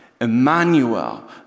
Emmanuel